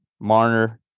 Marner